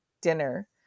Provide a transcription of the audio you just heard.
dinner